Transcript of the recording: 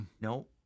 No